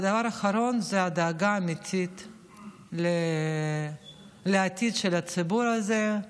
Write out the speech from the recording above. והדבר האחרון זה הדאגה האמיתית לעתיד של הציבור הזה,